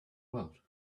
world